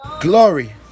glory